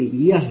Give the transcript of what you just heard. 84° आहे